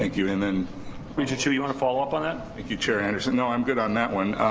ah you and then regent hsu, you wanna follow up on it? thank you chair anderson. no, i'm good on that one.